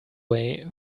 way